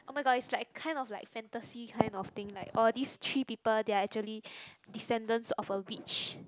oh-my-god is like kind of like fantasy kind of thing or these three people they're actually descendant of a witch